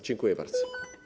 Dziękuję bardzo.